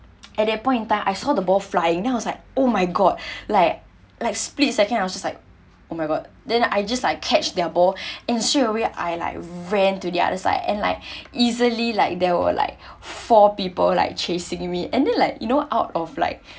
at that point in time I saw the ball flying then I was like oh my god like like split second I was just like oh my god then I just I catch their ball and straight away I like ran to the other side and like easily like there were like four people like chasing me and then like you know out of like